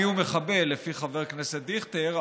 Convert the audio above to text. מיהו מחבל לפי חבר הכנסת דיכטר,